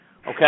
Okay